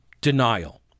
denial